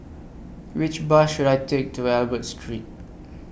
Which Bus should I Take to Albert Street